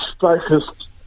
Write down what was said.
focused